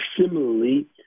similarly